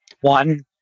One